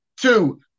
Two